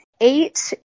eight